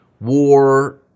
war